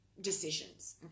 decisions